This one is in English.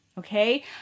Okay